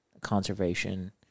conservation